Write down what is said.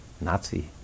Nazi